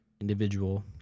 individual